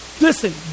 Listen